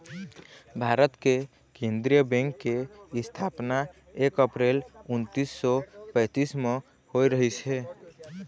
भारत के केंद्रीय बेंक के इस्थापना एक अपरेल उन्नीस सौ पैतीस म होए रहिस हे